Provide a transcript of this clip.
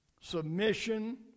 submission